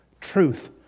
Truth